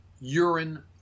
urine